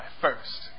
first